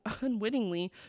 unwittingly